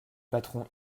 patron